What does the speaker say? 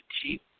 cheap